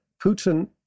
Putin